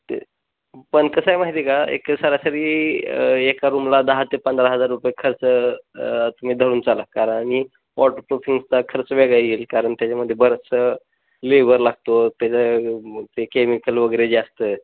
ते पण कसं आहे माहिती का एक सरासरी एका रूमला दहा ते पंधरा हजार रुपये खर्च तुम्ही धरून चाला कारण आणि वॉटर प्रूफिंगचा खर्च वेगळा येईल कारण त्याच्यामध्ये बरंचसं लेबर लागतो त्याचं ते केमिकल वगैरे जास्त